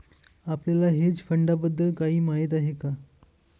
आपल्याला हेज फंडांबद्दल काही माहित आहे का?